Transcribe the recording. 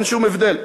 אין שום הבדל,